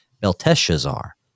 Belteshazzar